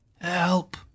Help